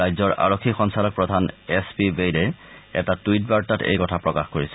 ৰাজ্যৰ আৰক্ষী সঞ্চালকপ্ৰধান এছ পি বেইদে এটা টুইট বাৰ্তাত এই কথা প্ৰকাশ কৰিছে